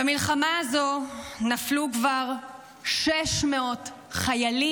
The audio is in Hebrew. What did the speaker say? במלחמה הזאת נפלו כבר 600 חיילים.